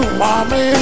mommy